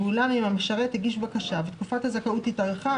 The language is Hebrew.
ואולם אם המשרת הגיש בקשה ותקופת הזכאות התארכה,